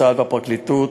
צה"ל והפרקליטות.